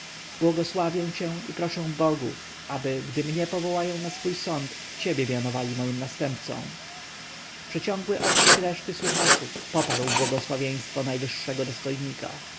błogosławię cię i proszę bogów aby gdy mnie powołają na swój sąd ciebie mianowali moim następcą przeciągły okrzyk reszty słuchaczów poparł błogosławieństwo najwyższego dostojnika